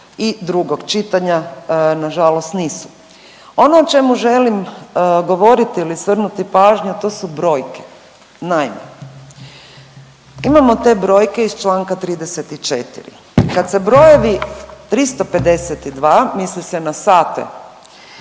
i drugog čitanja, nažalost nisu. Ono o čemu želim govoriti ili svrnuti pažnju to su brojke. Naime, imamo te brojke iz Članka 34., kad se brojevi 352 misli se na sate,